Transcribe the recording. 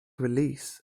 release